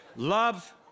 Love